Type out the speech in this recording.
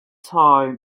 time